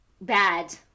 bad